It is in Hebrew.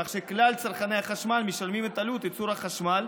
כך שכלל צרכני החשמל משלמים את עלות ייצור החשמל,